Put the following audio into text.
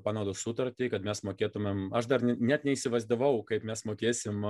panaudos sutartį kad mes mokėtumėm aš dar net neįsivaizdavau kaip mes mokėsime